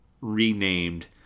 Renamed